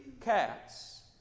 cats